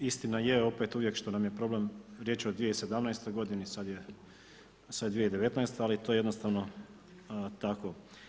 Istina je opet uvijek što nam je problem riječ je o 2017. godini, sada je 2019. ali to je jednostavno tako.